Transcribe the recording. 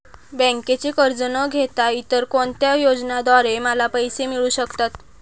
बँकेचे कर्ज न घेता इतर कोणत्या योजनांद्वारे मला पैसे मिळू शकतात?